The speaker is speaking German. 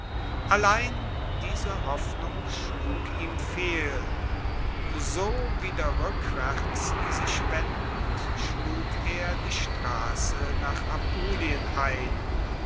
allein diese hoffnung schlug ihm fehl so wieder rueckwaerts sich wendend schlug er die strasse nach apulien ein